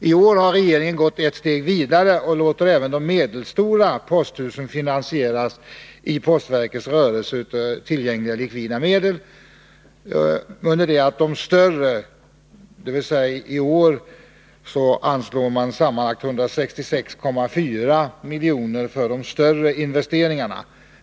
I år har regeringen gått ett steg längre och låter även de medelstora posthusen finansieras av i postverkets rörelse tillgängliga likvida medel. Det innebär att i år anslås sammanlagt 166,4 miljoner för de större investeringarna.